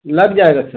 लग जाएगा सर